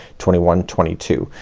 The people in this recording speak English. twenty one, twenty two.